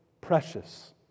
precious